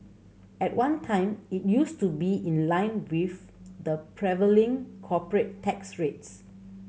at one time it used to be in line with the prevailing corporate tax rates